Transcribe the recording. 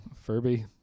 Furby